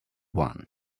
one